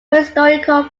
historical